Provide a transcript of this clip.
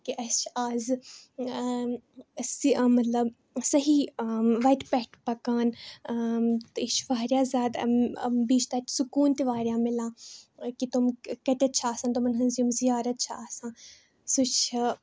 کہِ اسہِ چِھ آز اسی آمٕتۍ لبنہٕ سَہی وَتہِ پیٹھ پَکان تہٕ یہِ چھِ واریاہ زیادٕ بیٚیہِ چھِ تَتہِ سکوٗن تہِ واریاہ مِلان کہِ تِم کَتیٚتھ چھِ آسان تِمَن ہٕنز یِم زِیارت چھ آسان سُہ چھِ